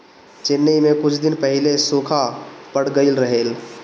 चेन्नई में कुछ दिन पहिले सूखा पड़ गइल रहल